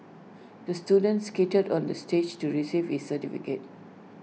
the student skated on the stage to receive his certificate